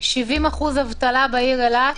יש 70% אבטלה בעיר אילת,